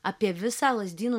apie visą lazdynų